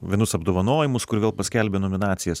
vienus apdovanojimus kur vėl paskelbė nominacijas